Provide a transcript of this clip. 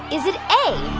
is it a,